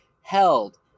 held